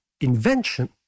invention